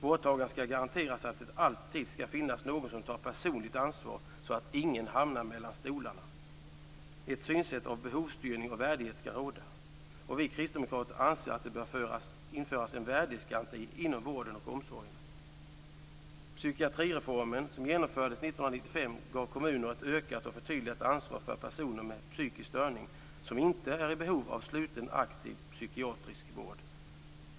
Vårdtagaren skall garanteras att det alltid skall finnas någon som tar personligt ansvar, så att ingen hamnar mellan stolarna. Ett synsätt med behovsstyrning och värdighet skall råda. Vi kristdemokrater anser att det bör införas en värdighetsgaranti inom vården och omsorgerna. Psykiatrireformen, som genomfördes 1995, gav kommuner ett ökat och förtydligat ansvar för personer med psykisk störning som inte är i behov av sluten aktiv psykiatrisk vård.